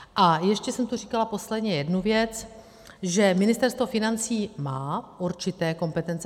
A ještě jsem tu říkala posledně jednu věc, že Ministerstvo financí má určité kompetence.